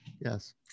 Yes